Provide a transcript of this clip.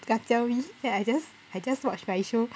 kacau me then that I just I just watch my show